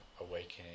awakening